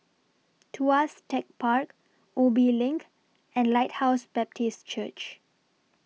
Tuas Tech Park Ubi LINK and Lighthouse Baptist Church